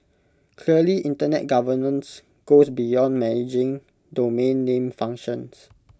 clearly Internet governance goes beyond managing domain name functions